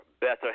better